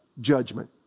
judgment